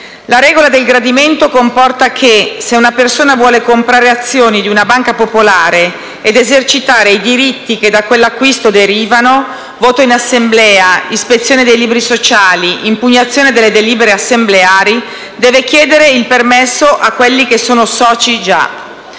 La regola del gradimento comporta che, se una persona vuole comprare azioni di una banca popolare ed esercitare i diritti che da quell'acquisto derivano (voto in assemblea, ispezione dei libri sociali, impugnazione delle delibere assembleari), deve chiedere il permesso a quelli che sono già